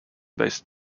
based